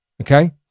Okay